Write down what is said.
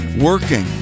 working